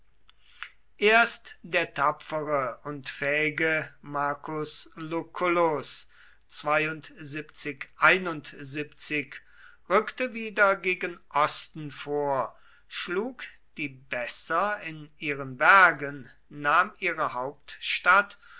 erst der tapfere und fähige marcus lucullus rückte wieder gegen osten vor schlug die besser in ihren bergen nahm ihre hauptstadt